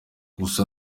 gusa